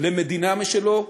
למדינה משלו,